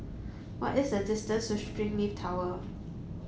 what is the distance to Springleaf Tower